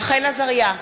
רחל עזריה,